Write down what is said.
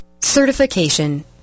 Certification